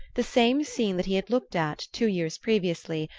the same scene that he had looked at, two years previously,